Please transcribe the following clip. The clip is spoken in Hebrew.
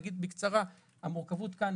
צריך להשלים את המשפט.